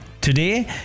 today